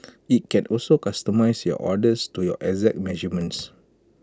IT can also customise your orders to your exact measurements